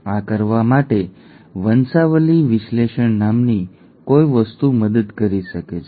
આ કરવા માટે વંશાવલિ વિશ્લેષણ નામની કોઈ વસ્તુ મદદ કરી શકે છે